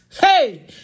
Hey